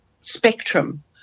spectrum